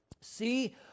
See